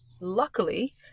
Luckily